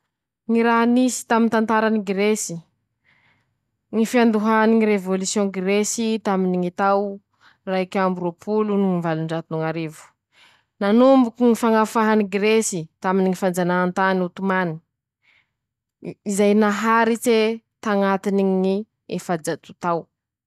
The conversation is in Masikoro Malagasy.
Ñy raha nisy tamy tantarany Giresy: ñy fiandohany ñy revôlisiôna Giresy taminy ñy tao raik'amby roapolo noho valonjato ñ'arivo, nanomboky ñy fañafahany Giresy taminy ñy fanjanahantany otimany, zay naharitse tañatine ñy efajato tao.